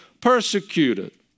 persecuted